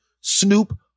Snoop